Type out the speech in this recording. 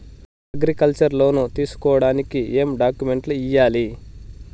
Agriculture loan తీసుకోడానికి ఏం డాక్యుమెంట్లు ఇయ్యాలి?